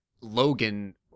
Logan